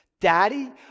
daddy